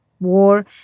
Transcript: War